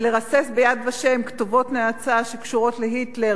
לרסס ב"יד ושם" כתובות נאצה שקשורות להיטלר